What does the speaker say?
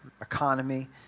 economy